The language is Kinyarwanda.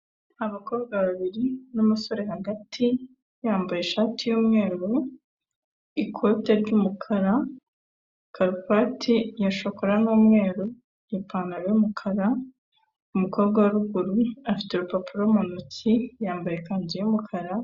Abakobwa babiri n'abasore hagati yambaye ishati y'umweru, ikote ry'umukara, karuvati ya shokora n'umweru n'ipantaro y'umukara, umukobwa wa ruguru afite urupapuro mu ntoki, yambaye ikanzu y'umukara.